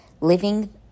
Living